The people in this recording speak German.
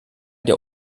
der